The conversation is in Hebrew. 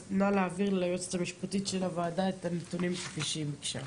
אז נא להעביר ליועצת המשפטית של הוועדה את הנתונים כפי שהיא ביקשה.